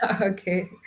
okay